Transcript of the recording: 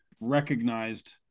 recognized